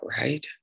right